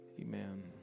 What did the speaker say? amen